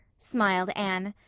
smiled anne.